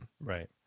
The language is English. Right